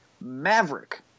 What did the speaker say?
Maverick